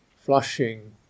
flushing